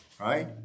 right